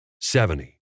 Seventy